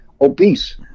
obese